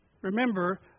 remember